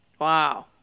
Wow